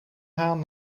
haan